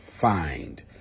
find